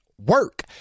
work